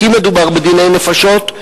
כי מדובר בדיני נפשות,